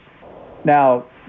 Now